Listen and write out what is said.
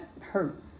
hurt